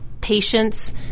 patients